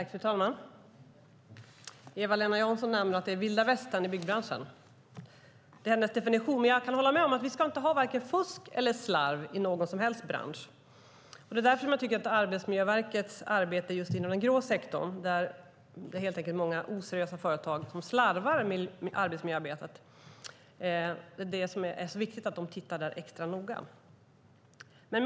Fru talman! Eva-Lena Jansson nämnde att det är vilda västern i byggbranschen. Det är hennes definition. Men jag kan hålla med om att vi inte ska ha vare sig fusk eller slarv i någon bransch. Det är därför som jag tycker att Arbetsmiljöverkets arbete just inom den grå sektorn, där det helt enkelt är många oseriösa företag som slarvar med arbetsmiljöarbetet, är så viktigt och att man tittar extra noga där.